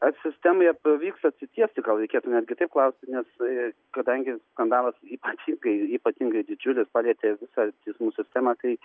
ar sistemai pavyks atsitiesti gal reikėtų netgi taip klausti nes kadangi skandalas ypatingai ypatingai didžiulis palietė visą teismų sistemą tai